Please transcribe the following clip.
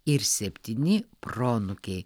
ir septyni proanūkiai